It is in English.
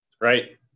Right